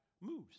moves